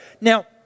Now